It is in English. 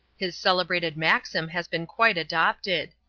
his celebrated maxim has been quite adopted.